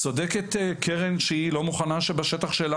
צודקת קרן שהיא לא מוכנה שבשטח שלה,